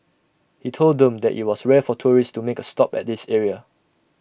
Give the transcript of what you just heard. he told them that IT was rare for tourists to make A stop at this area